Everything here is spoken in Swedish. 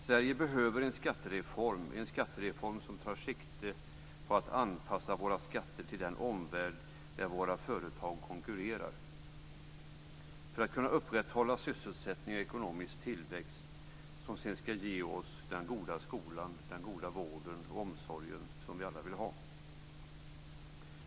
Sverige behöver en skattereform som tar sikte på att anpassa våra skatter till den omvärld där våra företag konkurrerar för att kunna upprätthålla sysselsättning och ekonomisk tillväxt, som sedan ska ge oss den goda skolan, den goda vården och omsorgen som vi alla vill ha.